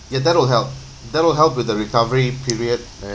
ya that will help that will help with the recovery period